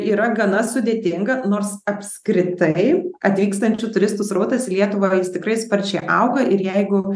yra gana sudėtinga nors apskritai atvykstančių turistų srautas lietuvą jis tikrai sparčiai auga ir jeigu